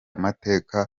mateka